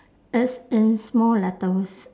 it's in small letters